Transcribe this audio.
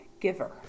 giver